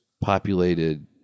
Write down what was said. populated